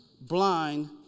blind